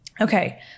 Okay